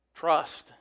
Trust